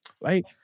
Right